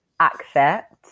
accept